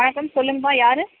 வணக்கம் சொல்லுங்கமா யார்